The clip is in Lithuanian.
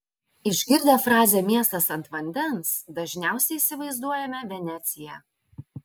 išgirdę frazę miestas ant vandens dažniausiai įsivaizduojame veneciją